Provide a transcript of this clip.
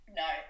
no